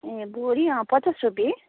ए बोडी अँ पचास रुपियाँ